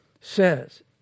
says